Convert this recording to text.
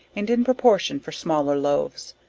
and in proportion for smaller loaves.